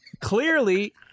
Clearly